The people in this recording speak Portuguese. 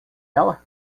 ela